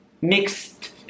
mixed